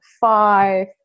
five